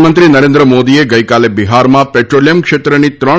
પ્રધાનમંત્રી નરેન્દ્ર મોદીએ ગઈકાલે બિહારમાં પેટ્રોલીયમ ક્ષેત્રની ત્રણ